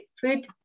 food